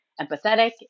empathetic